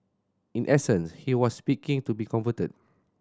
in essence he was speaking to be converted